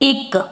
ਇੱਕ